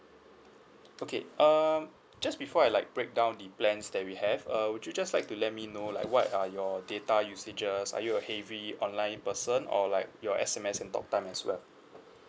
okay uh just before I like break down the plans that we have uh would you just like to let me know like what are your data usages are you a heavy online person or like your S_M_S and talk time as well